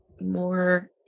more